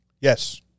Yes